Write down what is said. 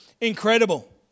incredible